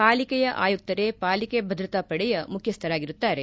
ಪಾಲಿಕೆಯ ಆಯುಕ್ತರೇ ಪಾಲಿಕೆ ಭದ್ರತಾ ಪಡೆಯ ಮುಖ್ಯಸ್ವರಾಗಿರುತ್ತಾರೆ